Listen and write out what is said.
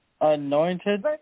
Anointed